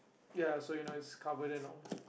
ya so you know it's covered and all